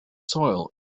soil